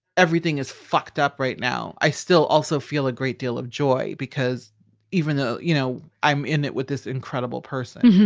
everything is fucked up right now. i still also feel a great deal of joy because even though, you know, i'm in it with this incredible person.